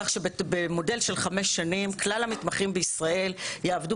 כך שבמודל של חמש שנים כלל המתמחים בישראל יעבדו